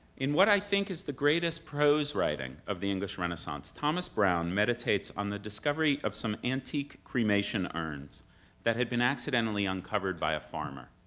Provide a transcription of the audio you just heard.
in what i think is the greatest prose writing of the english renaissance, thomas browne meditates on the discovery of some antique cremation urns that had been accidentally uncovered by a farmer.